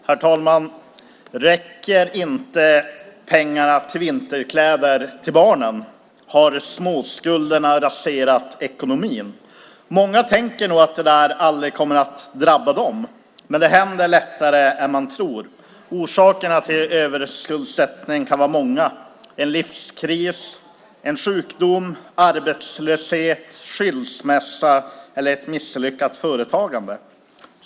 Herr talman! Räcker inte pengarna till vinterkläder till barnen? Har småskulder raserat ekonomin? Många tänker nog att det aldrig kommer att drabba dem. Men det händer lättare än man tror. Orsakerna till överskuldsättning kan vara många: en livskris, arbetslöshet, sjukdom, skilsmässa eller ett misslyckat företagande.